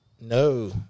no